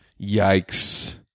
Yikes